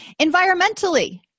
Environmentally